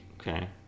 Okay